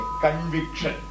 conviction